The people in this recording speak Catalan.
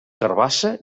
carabassa